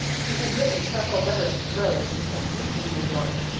he had written several letters to rose since reaching new york,